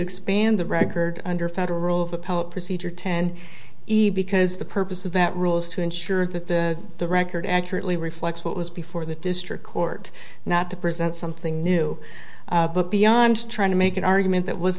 expand the record under federal appellate procedure ten because the purpose of that rules to ensure that the the record accurately reflects what was before the district court not to present something new but beyond trying to make an argument that was